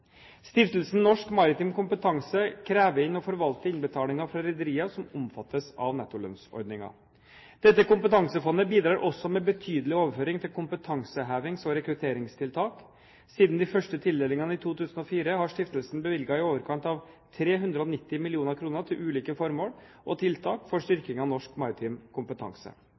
Stiftelsen Norsk Maritim Kompetanse krever inn og forvalter innbetalinger fra rederier som omfattes av nettolønnsordningen. Dette kompetansefondet bidrar også med betydelige overføringer til kompetansehevings- og rekrutteringstiltak. Siden de første tildelingene i 2004 har stiftelsen bevilget i overkant av 390 mill. kr til ulike formål og tiltak for styrking av norsk maritim kompetanse.